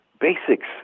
basics